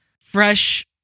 fresh